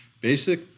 Basic